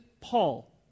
Paul